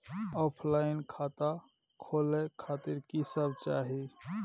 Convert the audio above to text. Offline खाता खोले खातिर की सब चाही?